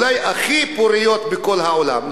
הן אולי הכי פוריות בכל העולם,